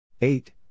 eight